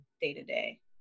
day-to-day